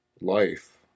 life